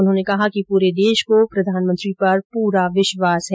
उन्होंने कहा कि पूरे देश को प्रधानमंत्री पर पूरा विश्वास है